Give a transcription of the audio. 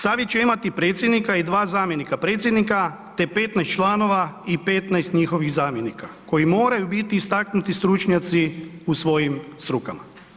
Savjet će imati predsjednika i dva zamjenika predsjednika, te 15 članova i 15 njihovih zamjenika koji moraju biti istaknuti stručnjaci u svojim strukama.